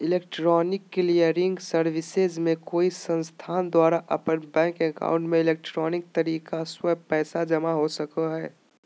electronic clearing services में कोई संस्थान द्वारा अपन बैंक एकाउंट में इलेक्ट्रॉनिक तरीका स्व पैसा जमा हो सका हइ